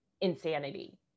insanity